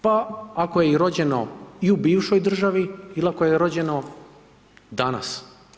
Pa ako je rođeno i u bivšoj državi ili ako je rođeno danas.